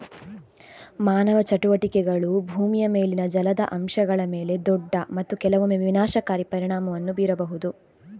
ಮಾನವ ಚಟುವಟಿಕೆಗಳು ಭೂಮಿಯ ಮೇಲಿನ ಜಲದ ಅಂಶಗಳ ಮೇಲೆ ದೊಡ್ಡ ಮತ್ತು ಕೆಲವೊಮ್ಮೆ ವಿನಾಶಕಾರಿ ಪರಿಣಾಮವನ್ನು ಬೀರಬಹುದು